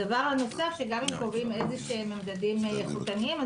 גם אם קובעים איזה שהם מדדים איכותניים,